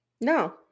No